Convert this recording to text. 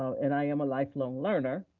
and i am a life-long learner,